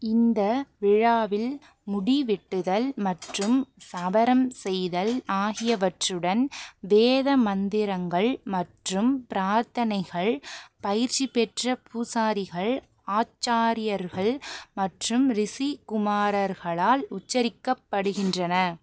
இந்த விழாவில் முடி வெட்டுதல் மற்றும் சவரம் செய்தல் ஆகியவற்றுடன் வேத மந்திரங்கள் மற்றும் பிரார்த்தனைகள் பயிற்சி பெற்ற பூசாரிகள் ஆச்சாரியர்கள் மற்றும் ரிஷிகுமாரர்களால் உச்சரிக்கப்படுகின்றன